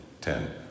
ten